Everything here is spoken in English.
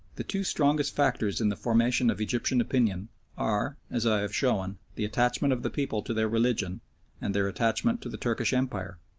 the two strongest factors in the formation of egyptian opinion are, as i have shown, the attachment of the people to their religion and their attachment to the turkish empire.